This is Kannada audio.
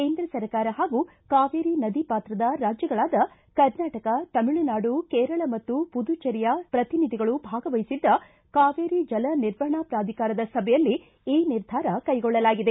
ಕೇಂದ್ರ ಸರ್ಕಾರ ಹಾಗೂ ಕಾವೇರಿ ನದಿ ಪಾತ್ರದ ರಾಜ್ಯಗಳಾದ ಕರ್ನಾಟಕ ತಮಿಳುನಾಡು ಕೇರಳ ಮತ್ತು ಪುದುಚೇರಿಯ ಪ್ರತಿನಿಧಿಗಳು ಭಾಗವಹಿಸಿದ್ದ ಕಾವೇರಿ ಜಲ ನಿರ್ವಹಣಾ ಪ್ರಾಧಿಕಾರದ ಸಭೆಯಲ್ಲಿ ಈ ನಿರ್ಧಾರ ಕೈಗೊಳ್ಳಲಾಗಿದೆ